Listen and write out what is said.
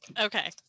Okay